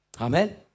Amen